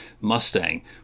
Mustang